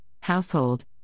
household